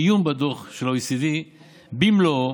עיון בדוח ה-OECD במלואו